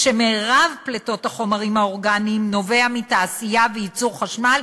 כשמרבית פליטות החומרים האורגנים נובעת מתעשייה וייצור חשמל,